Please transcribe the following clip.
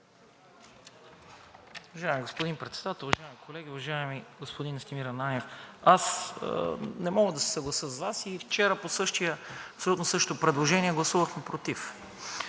Уважаеми господин Председател, уважаеми колеги! Уважаеми господин Настимир Ананиев, аз не мога да се съглася с Вас и вчера по абсолютно същото предложение гласувах против.